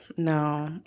No